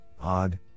odd